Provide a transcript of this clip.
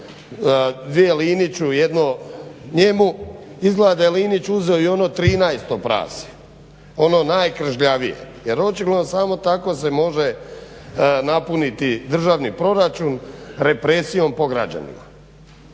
dvije Liniću, jedno njemu.", izgleda da je Linić uzeo i ono trinaesto prase, ono najkržljavije. Jer očigledno samo tako se može napuniti državni proračun, represijom po građanima.